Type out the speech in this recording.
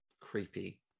creepy